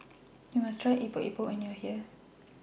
YOU must Try Epok Epok when YOU Are here